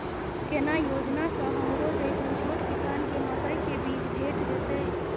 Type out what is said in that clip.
केना योजना स हमरो जैसन छोट किसान के मकई के बीज भेट जेतै?